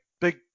big